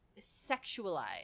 sexualized